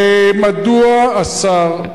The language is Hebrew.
מדוע השר,